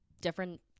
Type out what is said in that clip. different